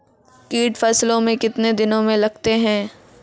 कीट फसलों मे कितने दिनों मे लगते हैं?